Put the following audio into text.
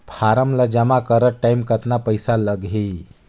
Form ला जमा करत टाइम कतना पइसा लगही?